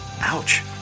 Ouch